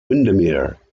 windermere